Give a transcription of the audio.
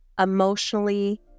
emotionally